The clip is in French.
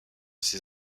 ses